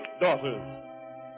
daughters